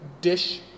dish